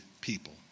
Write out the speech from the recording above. people